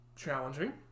challenging